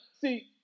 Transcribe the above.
see